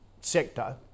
sector